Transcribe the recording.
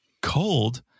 cold